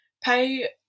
pay